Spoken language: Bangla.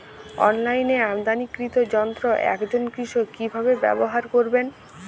অনলাইনে আমদানীকৃত যন্ত্র একজন কৃষক কিভাবে ব্যবহার করবেন?